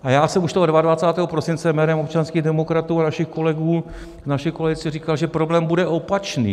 A já jsem už toho 22. prosince jménem občanských demokratů a našich kolegů v naší koalici říkal, že problém bude opačný.